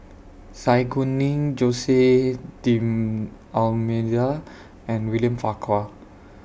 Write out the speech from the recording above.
Zai Kuning Jose D'almeida and William Farquhar